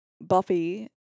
Buffy